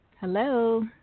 Hello